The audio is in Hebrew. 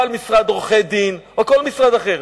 בעל משרד עורכי-דין או כל משרד אחר.